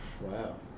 Wow